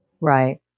Right